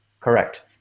Correct